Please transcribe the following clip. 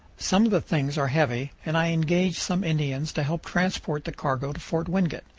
some of the things are heavy, and i engage some indians to help transport the cargo to fort wingate,